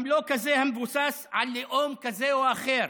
גם לא כזה המבוסס על לאום כזה או אחר.